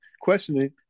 questioning